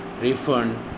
refund